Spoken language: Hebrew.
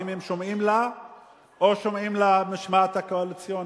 האם הם שומעים לה או שומעים למשמעת הקואליציונית.